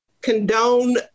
condone